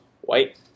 white